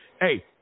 Hey